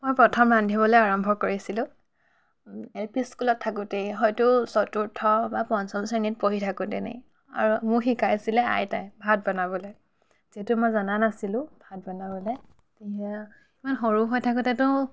মই প্ৰথম ৰান্ধিবলৈ আৰম্ভ কৰিছিলোঁ এল পি স্কুলত থাকোঁতেই হয়তো চতুৰ্থ বা পঞ্চম শ্ৰেণীত পঢ়ি থাকোঁতেনেই আৰু মোক শিকাইছিলে আইতাই ভাত বনাবলৈ যিহেতু মই জনা নাছিলোঁ ভাত বনাবলৈ সেইয়া ইমান সৰু হৈ থাকোঁতেতো